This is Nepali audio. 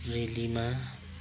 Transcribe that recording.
रेलीमा